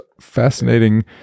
fascinating